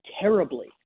terribly